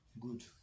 good